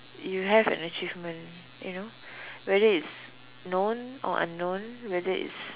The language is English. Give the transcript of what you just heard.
you have an achievement you know whether it's known or unknown whether it's